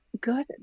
Good